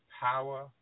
power